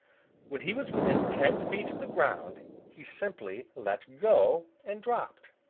when he was within ten feet of the ground he simply let go and dropped.